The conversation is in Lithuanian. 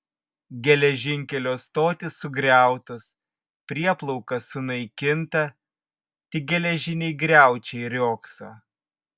geležinkelio stotys sugriautos prieplauka sunaikinta tik geležiniai griaučiai riogso